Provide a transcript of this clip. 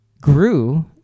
grew